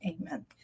amen